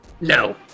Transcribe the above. No